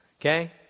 Okay